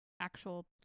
actual